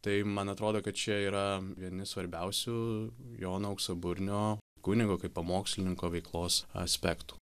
tai man atrodo kad čia yra vieni svarbiausių jono auksaburnio kunigo kaip pamokslininko veiklos aspektų